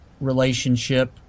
relationship